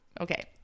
Okay